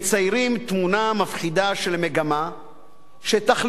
מציירים תמונה מפחידה של מגמה שתכליתה